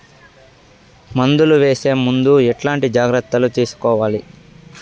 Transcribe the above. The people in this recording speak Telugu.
మందులు వేసే ముందు ఎట్లాంటి జాగ్రత్తలు తీసుకోవాలి?